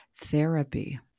Therapy